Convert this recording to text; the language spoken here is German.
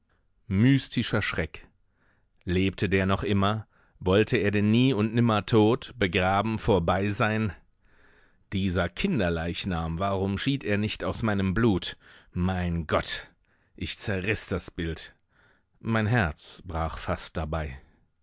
mystischer schreck lebte der noch immer wollte er denn nie und nimmer tot begraben vorbei sein dieser kinderleichnam warum schied er nicht aus meinem blut mein gott ich zerriß das bild mein herz brach fast dabei